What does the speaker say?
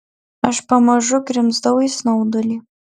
aš pamažu grimzdau į snaudulį